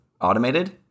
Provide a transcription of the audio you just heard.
automated